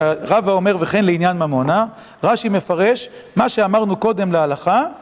רבא אומר וכן לעניין ממונה, רש"י מפרש מה שאמרנו קודם להלכה